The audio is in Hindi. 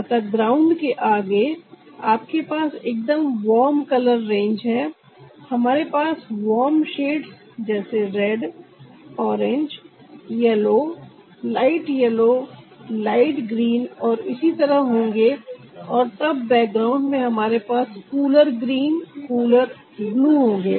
अतः ग्राउंड के आगे आपके पास एकदम वार्म कलर रेंज है हमारे पास वार्म शेड्स जैसे red orange yellow light yellow light green और इसी तरह होंगे और तब बैकग्राउंड में हमारे पास कूलर ग्रीन कूलर ब्लू होंगे